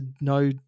no